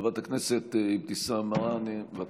חברת הכנסת אבתיסאם מראענה, בבקשה.